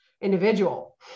individual